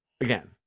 again